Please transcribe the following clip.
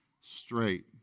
straight